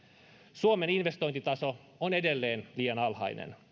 suomen investointitaso on edelleen liian alhainen